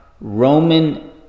Roman